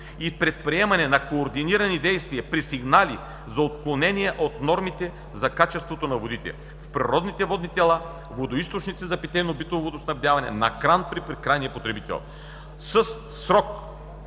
и предприемане на координирани действия при сигнали за отклонения от нормите за качество на водите (в природни водни тела, водоизточници за питейно-битово водоснабдяване, „на кран“ при крайния потребител) със срок